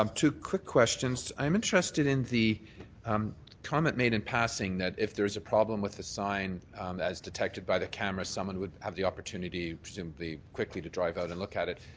um two quick questions, i'm interested in the um comment made in passing that if there's a problem with a sign as detected by the camera, someone would have the opportunity presumably quickly to drive out and look at it.